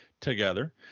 together